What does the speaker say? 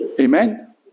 Amen